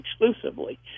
exclusively